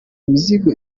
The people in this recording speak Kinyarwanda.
imizigo